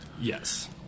Yes